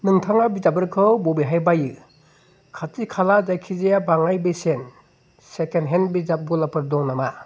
नोंथाङा बिजाबफोरखौ बबेहाय बायो खाथि खाला जायखिजाया बाङाइ बेसेन सेकेण्डहेण्ड बिजाब गलाफोर दं नामा